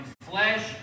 flesh